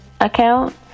account